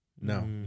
No